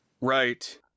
Right